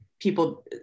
people